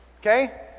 Okay